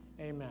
Amen